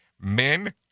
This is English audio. Men